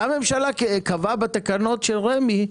אותה ממשלה קבעה בתקנות של רמ"י,